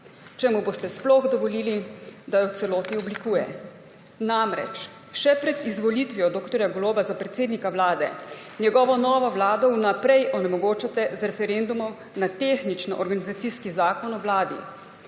če mu boste sploh dovolili, da jo v celoti oblikuje. Namreč, še pred izvolitvijo dr. Goloba za predsednika Vlade njegovo novo vlado vnaprej onemogočate z referendumom na tehnično-organizacijski zakon o vladi,